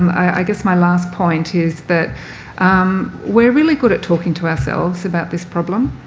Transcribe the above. i guess my last point is that we're really good at talking to ourselves about this problem.